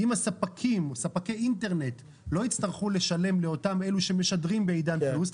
אם ספקי האינטרנט לא יצטרכו לשלם לאותם אלה שמשדרים בעידן פלוס,